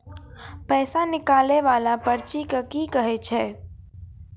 पैसा निकाले वाला पर्ची के की कहै छै?